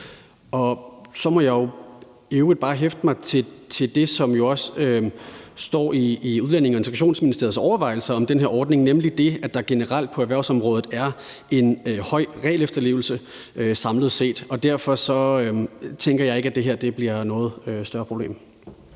Så må jeg jo i øvrigt bare hæfte mig ved det, som jo også står i Udlændinge- og Integrationsministeriets overvejelser om den her ordning, nemlig det, at der generelt på erhvervsområdet er en høj regelefterlevelse samlet set. Derfor tænker jeg ikke, at det her bliver noget større problem.